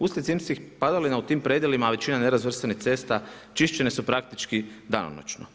Uslijed zimskih padalinama u tim predjelima većina nerazvrstanim cesta, čišćene su praktički danonoćno.